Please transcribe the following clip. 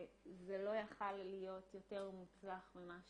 וזה לא יכול היה להיות יותר מוצלח ומרגש ממה